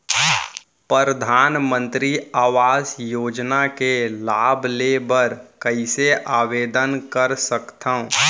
परधानमंतरी आवास योजना के लाभ ले बर कइसे आवेदन कर सकथव?